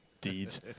Deeds